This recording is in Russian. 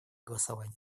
голосования